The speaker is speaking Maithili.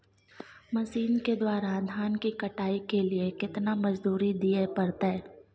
मसीन के द्वारा धान की कटाइ के लिये केतना मजदूरी दिये परतय?